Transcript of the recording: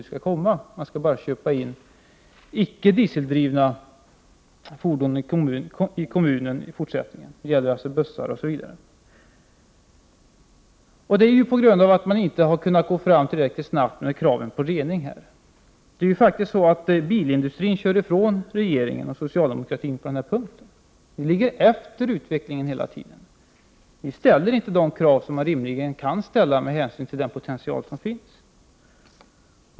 Man skall i kommunen i fortsättningen bara köpa in icke dieseldrivna fordon. Det gäller bussar och liknande. Det beror på att man inte tillräckligt snabbt kunnat få fram kraven på rening. Det är faktiskt så att bilindustrin kör ifrån regeringen och socialdemokratin på denna punkt. Ni ligger hela tiden efter utvecklingen. Ni ställer inte de krav som man rimligen kan ställa med hänsyn till den potential som finns.